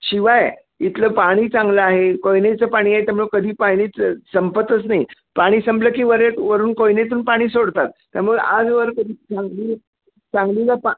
शिवाय इथलं पाणी चांगलं आहे कोयनेचं पाणी आहे त्यामुळं कधी पाणीच संपतच नाही पाणी संपलं की वरे वरून कोयनेतून पाणी सोडतात त्यामुळे आजवर कधी सांगली सांगलीला पा